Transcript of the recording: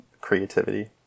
creativity